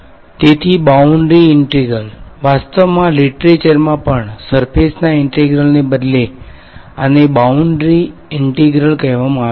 તેથી boundary integral વાસ્તવમાં લીટરેચરમાં પણ સર્ફેસના ઇન્ટેગ્રલને બદલે આને બાઉન્ડ્રી ઇન્ટિગ્રલ કહેવામાં આવે છે